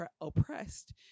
oppressed